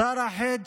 שר אחר,